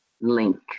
link